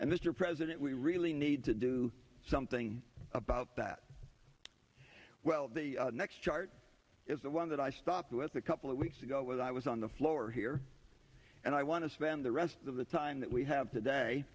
and mr president we really need to do something about that well the next chart is the one that i stop with a couple of weeks ago when i was on the floor here and i want to spend the rest of the time that we have today